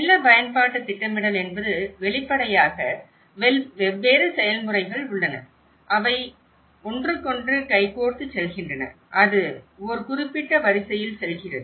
நில பயன்பாட்டுத் திட்டமிடல் என்பது வெளிப்படையாக வெவ்வேறு செயல்முறைகள் உள்ளன அவை ஒருவருக்கொருவர் கைகோர்த்துச் செல்கின்றன அது ஒரு குறிப்பிட்ட வரிசையில் செல்கிறது